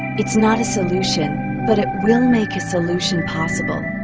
it's not a solution but it will make a solution possible.